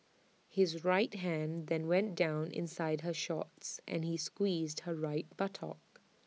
his right hand then went down inside her shorts and he squeezed her right buttock